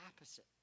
opposite